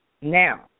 Now